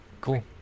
Cool